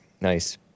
Nice